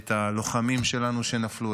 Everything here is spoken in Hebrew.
את הלוחמים שלנו שנפלו,